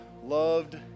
loved